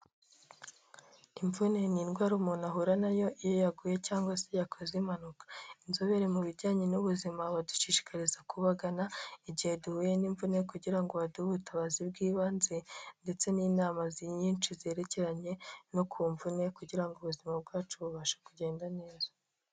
Imvune ni indwara umuntu ahura na yo iyo yaguye cyangwa se yakoze impanuka, inzobere mu bijyanye n'ubuzima badushishikariza kubagana igihe duhuye n'imvune kugira ngo baduhe ubutabazi bw'ibanze ndetse n'inama nyinshi zerekeranye no ku mvune kugira ngo ubuzima bwacu bubashe kugenda neza.